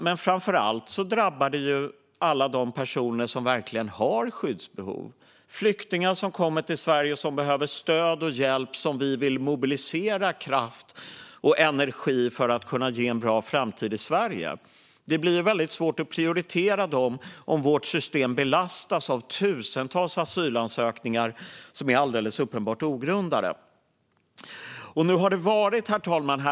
Men framför allt drabbar det alla de personer som verkligen har skyddsbehov: flyktingar som kommer till Sverige, som behöver stöd och hjälp och som vi vill kunna ge en bra framtid i Sverige, vilket vi behöver mobilisera kraft och energi för att kunna göra. Det blir väldigt svårt att prioritera dem om vårt system belastas av tusentals asylansökningar som är alldeles uppenbart ogrundade. Herr talman!